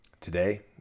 Today